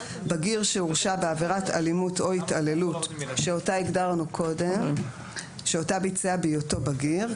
בגיר שהורשע בעבירת אלימות או התעללות שאותה ביצע בהיותו בגיר,